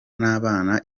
n’abana